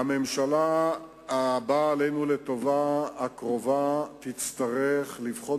הממשלה הקרובה הבאה עלינו לטובה תצטרך לבחון